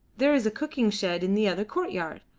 there is a cooking shed in the other courtyard.